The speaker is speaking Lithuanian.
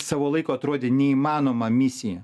savo laiko atrodė neįmanoma misija